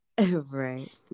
Right